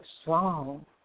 strong